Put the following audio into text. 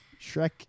Shrek